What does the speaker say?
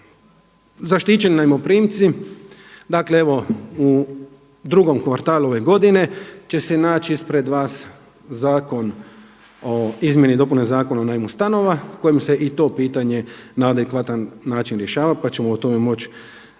Zaštićeni najmoprimci, dakle evo u drugom kvartalu ove godine će se naći ispred vas Zakon o izmjeni i dopuni Zakona o najmu stanova kojim se i to pitanje na adekvatan način rješava pa ćemo o tome moći